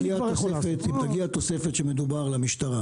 אם תגיע תוספת כספית למשטרה,